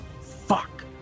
Fuck